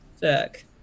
Fuck